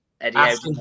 Eddie